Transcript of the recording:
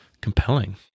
compelling